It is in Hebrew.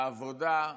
העבודה.